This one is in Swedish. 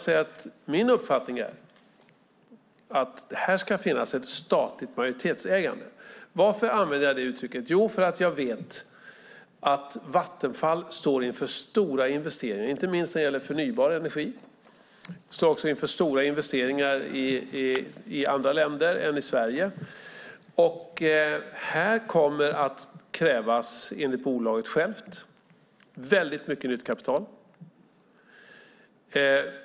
Min uppfattning är att det ska finnas ett statligt majoritetsägande där. Varför använder jag det uttrycket? Jo, jag vet att Vattenfall står inför stora investeringar, inte minst i förnybar energi, och man står inför stora investeringar i andra länder än i Sverige. Här kommer det enligt bolaget självt att krävas väldigt mycket nytt kapital.